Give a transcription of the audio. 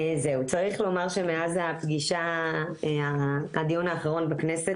צריך לומר שמאז הדיון האחרון בכנסת,